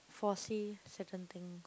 foresee certain thing